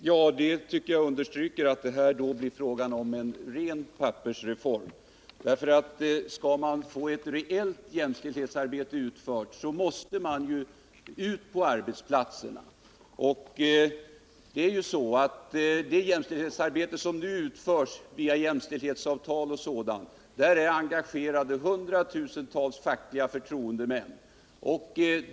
Herr talman! Det understryker att det blir fråga om en ren pappersreform. Skall man få ett reellt jämställdhetsarbete utfört måste man ut på arbetsplatserna. I det jämställdhetsarbete som nu utförs, via jämställdhetsavtal och liknande, är hundratusentals fackliga förtroendemän engagerade.